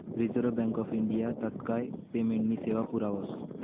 reserve bank of India तात्काय पेमेंटनी सेवा पुरावस